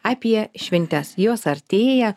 apie šventes jos artėja